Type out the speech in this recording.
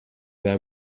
their